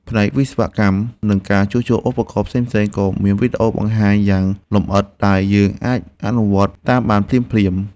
ផ្នែកវិស្វកម្ម និងការជួសជុលឧបករណ៍ផ្សេងៗក៏មានវីដេអូបង្ហាញយ៉ាងលម្អិតដែលយើងអាចអនុវត្តតាមបានភ្លាមៗ។